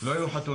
לא היו חתונות,